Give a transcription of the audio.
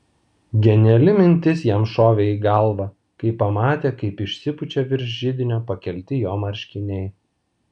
geniali mintis jam šovė į galvą kai pamatė kaip išsipučia virš židinio pakelti jo marškiniai